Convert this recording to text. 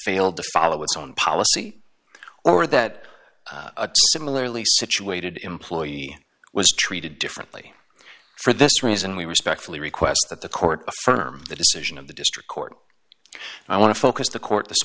failed to follow its own policy or that similarly situated employee was treated differently for this reason we respectfully request that the court affirm the decision of the district court i want to focus the court this